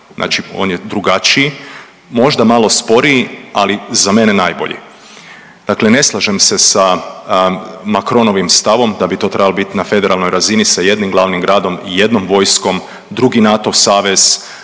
Znači on je drugačiji, možda malo sporiji ali za mene najbolji. Dakle, ne slažem se sa Macronovim stavom da bi to trebalo biti na federalnoj razini sa jednim glavnim gradom i jednom vojskom, drugi NATO savez,